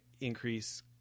increase